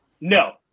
no